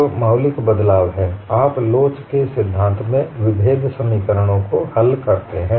तो मौलिक बदलाव है आप लोच के सिद्धांत में विभेद समीकरणों को हल करते हैं